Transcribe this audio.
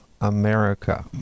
america